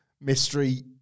mystery